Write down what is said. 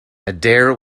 adair